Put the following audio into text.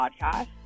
podcast